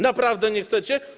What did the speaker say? Naprawdę nie chcecie?